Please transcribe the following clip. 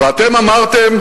ואתם אמרתם: